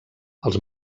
els